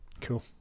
Cool